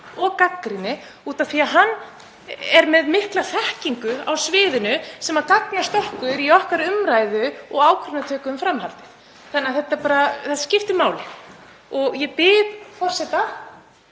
og gagnrýni út af því að hann er með mikla þekkingu á sviðinu sem gagnast okkur í okkar umræðu og ákvarðanatöku um framhaldið. Þannig að þetta skiptir máli og ég bið forseta